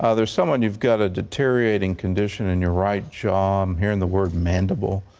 ah there is someone, you've got a deteriorating condition in your right jaw. i'm hearing the word mandible.